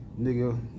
nigga